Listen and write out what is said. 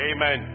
Amen